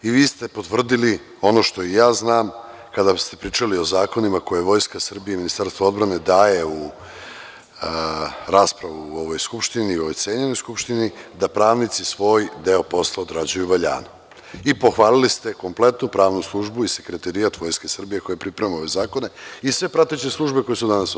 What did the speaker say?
Evo, upravo ste i vi potvrdili ono što i ja znam, kada ste pričali o zakonima koje Vojska Srbije i Ministarstvo odbrane daje u raspravu u ovoj Skupštini, u ovoj cenjenoj Skupštini, da pravnici svoj deo posla odrađuju valjano i pohvalili ste kompletnu pravnu službu i sekretarijat Vojske Srbije koji priprema ove zakone i sve prateće službe koje su danas ovde.